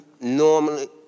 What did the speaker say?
normally